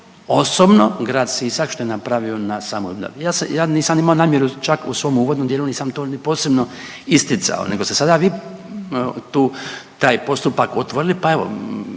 osobno grad Sisak što je napravio na samoobnovi. Ja nisam imao namjeru, čak u svom uvodnom dijelu nisam to ni posebno isticao, nego ste sada vi tu taj postupak otvorili, pa evo